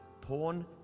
Porn